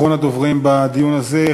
אחרון הדוברים בדיון הזה,